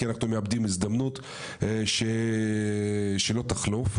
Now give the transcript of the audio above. כי אנחנו מאבדים הזדמנות שלא תחזור,